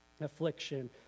affliction